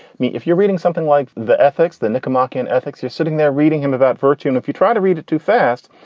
mean if you're reading something like the ethics, then the comarca and ethics. you're sitting there reading him about virtue. and if you try to read it too fast,